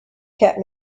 kept